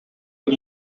het